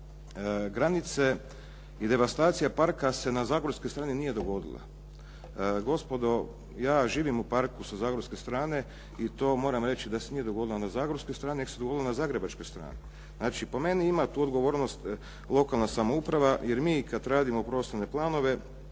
granice i devastacija parka se na zagorskoj strani nije dogodila. Gospodo, ja živim u parku sa zagorske strane i to moram reći da se nije dogodilo na zagorskoj strani, nego se dogodilo na zagrebačkoj strani. Znači po meni ima tu odgovornost lokalna samouprava jer mi kad radimo prostorne planove